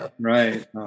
right